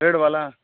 red वाला